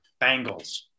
Bengals